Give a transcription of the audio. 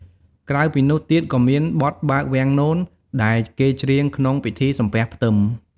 ក្រៅពីនោះទៀតក៏មាន បទបើកវាំងនន ដែលគេច្រៀងក្នុងពិធីសំពះផ្ទឹម។